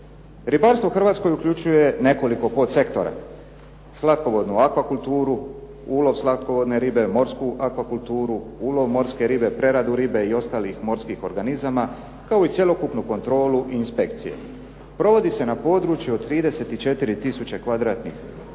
Ribarstvo u Hrvatskoj uključuje nekoliko podsektora, slatkovodnu aqua kulturu, ulov slatkovodne ribe, morsku aqua kulturu, ulov morske ribe, preradu ribe i ostalih morskih organizama kao i cjelokupnu kontrolu i inspekcije. Provodi se na području od 34 tisuće kvadratnih